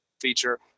feature